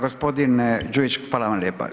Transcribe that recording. Gospodine Đujić hvala vam lijepa.